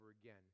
again